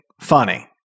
funny